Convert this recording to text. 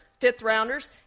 fifth-rounders